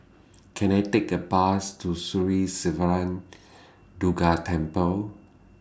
Can I Take A Bus to Sri Siva Durga Temple